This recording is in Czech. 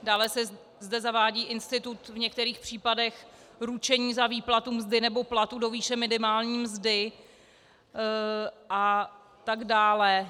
Dále se zde zavádí institut v některých případech ručení za výplatu mzdy nebo platu do výše minimální mzdy a tak dále.